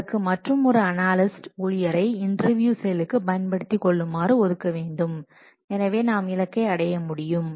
அதற்கு மற்றுமொரு அனாலிஸ்ட் ஊழியரை இன்டர்வியூ செயலுக்கு பயன்படுத்திக் கொள்ளுமாறு ஒதுக்க வேண்டும் எனவே நாம் இலக்கை அடைய முடியும்